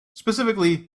specifically